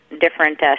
different